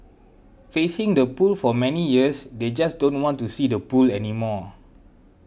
facing the pool for many years they just don't want to see the pool anymore